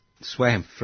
swam